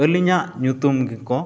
ᱟᱞᱤᱧᱟᱜ ᱧᱩᱛᱩᱢ ᱜᱮᱠᱚ